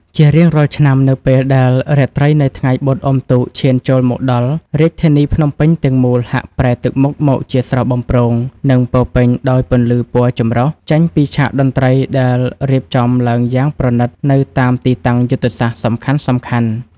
ជារៀងរាល់ឆ្នាំ នៅពេលដែលរាត្រីនៃថ្ងៃបុណ្យអុំទូកឈានចូលមកដល់ រាជធានីភ្នំពេញទាំងមូលហាក់ប្រែទឹកមុខមកជាស្រស់បំព្រង និងពោរពេញដោយពន្លឺពណ៌ចម្រុះ ចេញពីឆាកតន្ត្រីដែលរៀបចំឡើងយ៉ាងប្រណីតនៅតាមទីតាំងយុទ្ធសាស្ត្រសំខាន់ៗ។